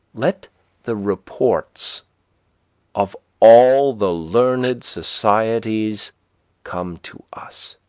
let the reports of all the learned societies come to us,